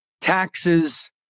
taxes